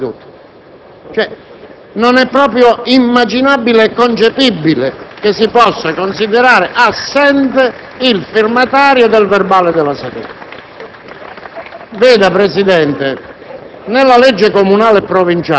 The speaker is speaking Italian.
che, materialmente, firma il verbale della seduta. Non è proprio immaginabile che si possa considerare assente il firmatario del verbale della seduta.